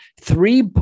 three